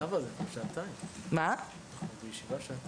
שמי זהבה רומנו, ממשרד